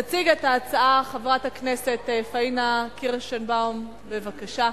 תציג את ההצעה חברת הכנסת פאינה קירשנבאום, בבקשה.